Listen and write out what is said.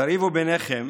תריבו ביניכם,